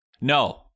No